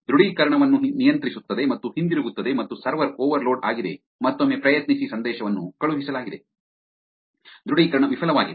ದೃಢೀಕರಣವನ್ನು ನಿಯಂತ್ರಿಸುತ್ತದೆ ಮತ್ತು ಹಿಂತಿರುಗುತ್ತದೆ ಮತ್ತು ಸರ್ವರ್ ಓವರ್ಲೋಡ್ ಆಗಿದೆ ಮತ್ತೊಮ್ಮೆ ಪ್ರಯತ್ನಿಸಿ ಸಂದೇಶವನ್ನು ಕಳುಹಿಸಲಾಗಿದೆ ದೃಢೀಕರಣ ವಿಫಲವಾಗಿದೆ